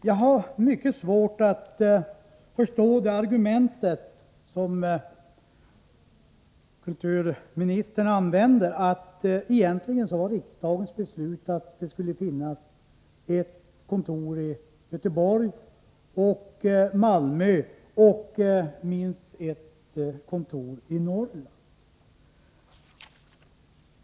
Jag har mycket svårt att förstå det argument som kulturministern använde, att riksdagen egentligen beslutat att det skall finnas ett kontor i Göteborg, ett i Malmö och minst ett i Norrland.